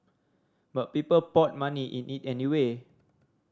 but people poured money in it anyway